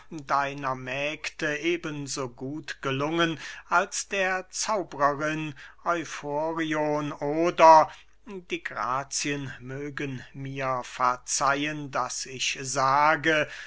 deiner mägde eben so gut gelungen als der zauberin euforion oder die grazien mögen mir verzeihen daß ich sage